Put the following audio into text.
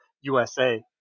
USA